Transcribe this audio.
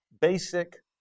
basic